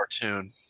cartoon